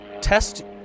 test